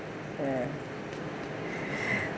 ya